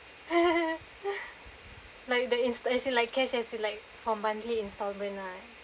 like the ins~ as in cash as in like for monthly instalment ah